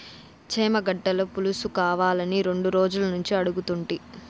చేమగడ్డల పులుసుకావాలని రెండు రోజులనుంచి అడుగుతుంటి